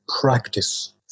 practice